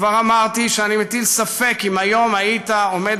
כבר אמרתי שאני מטיל ספק אם היום היית עומד